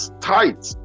tight